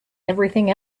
everything